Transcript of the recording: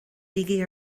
bígí